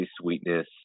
Sweetness